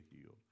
healed